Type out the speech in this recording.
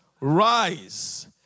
rise